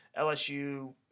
LSU